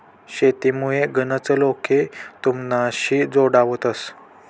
शेतीमुये गनच लोके तुमनाशी जोडावतंस